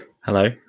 Hello